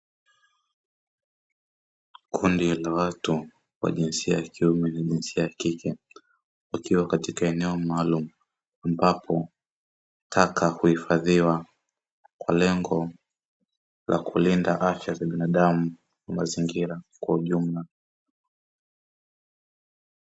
Kundi la watu wa jinsia ya kiume na jinsia ya kike, wakiwa katika eneo maalumu ambapo, taka huifadhiwa kwa lengo la kulinda afya ya binadamu na mazingira kwa ujumla.